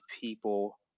people